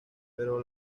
pero